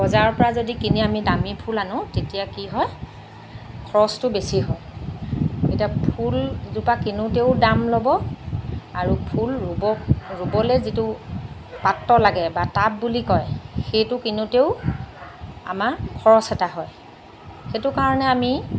বজাৰৰ পৰা যদি কিনি আমি দামী ফুল আনো তেতিয়া কি হয় খৰচটো বেছি হয় এতিয়া ফুলজোপা কিনোতেও দাম ল'ব আৰু ফুল ৰুব ৰুবলৈ যিটো পাত্ৰ লাগে বা টাব বুলি কয় সেইটো কিনোতেও আমাৰ খৰচ এটা হয় সেইটো কাৰণে আমি